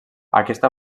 aquesta